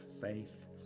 faith